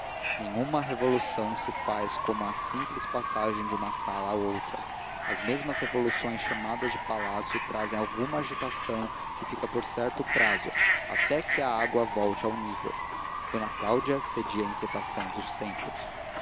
nenhuma revolução se faz como a simples passagem de uma sala a outra as mesmas revoluções chamadas de palácio trazem alguma agitação que fica por certo prazo até que a água volte ao nível d cláudia cedia à inquietação dos tempos